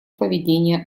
поведение